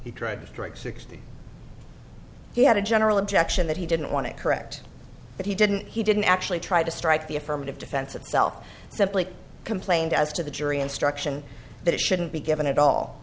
to strike sixty he had a general objection that he didn't want to correct but he didn't he didn't actually try to strike the affirmative defense of self simply complained as to the jury instruction that it shouldn't be haven't at all